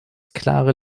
klare